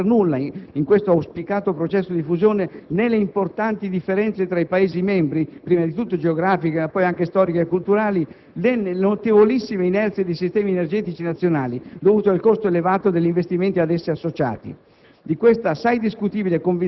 come se non pesassero per nulla, in questo auspicato processo di fusione, né le importanti differenze tra i Paesi membri (prima di tutto geografiche, ma poi anche storiche e culturali), né le notevolissime inerzie dei sistemi energetici nazionali, dovute al costo elevato degli investimenti ad essi associati.